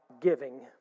giving